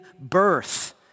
birth